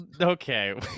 okay